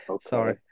Sorry